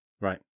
Right